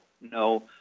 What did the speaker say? no